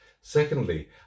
Secondly